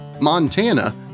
Montana